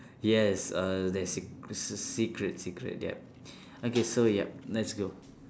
yes err that's s~ it's a secret secret yup okay so yup let's go